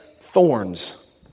thorns